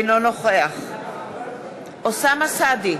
אינו נוכח אוסאמה סעדי,